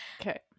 Okay